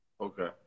Okay